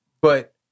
but-